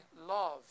love